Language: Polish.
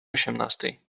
osiemnastej